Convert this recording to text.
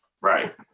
Right